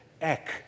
ek